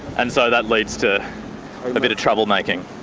and so that leads to a bit of trouble-making?